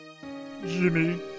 Jimmy